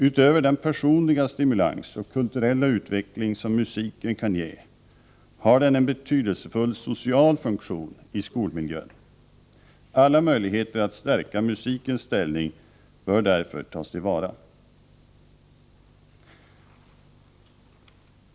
Utöver den personliga stimulans och kulturella utveckling som musiken kan ge har musiken en betydelsefull social funktion i skolmiljön. Alla möjligheter att stärka musikens ställning bör därför tas till vara.